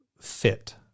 fit